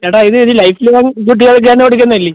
ചേട്ടാ ഇത് ഒരു ലൈഫ്ലോംഗ് കുട്ടികൾക്ക് തന്നെ കൊടുക്കുന്നല്ലേ